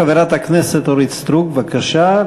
חברת הכנסת אורית סטרוק, בבקשה.